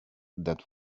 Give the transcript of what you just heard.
that